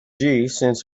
since